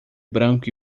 branco